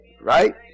Right